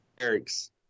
Eric's